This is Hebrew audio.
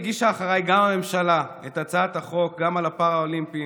הגישה אחריי גם הממשלה את הצעת החוק גם על פראלימפיים,